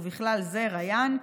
ובכלל זה ריאן,